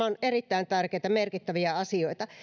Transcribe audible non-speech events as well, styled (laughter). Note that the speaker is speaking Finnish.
(unintelligible) ovat erittäin tärkeitä ja merkittäviä asioita